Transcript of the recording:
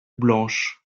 blanche